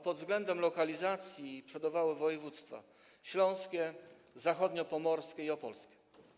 Pod względem lokalizacji przodowały województwa: śląskie, zachodniopomorskie i opolskie.